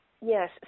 Yes